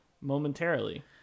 momentarily